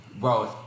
Bro